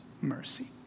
mercy